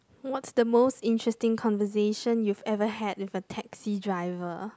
what's the most interesting conversation you've ever had with a taxi driver